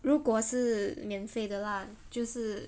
如果是免费的 lah 就是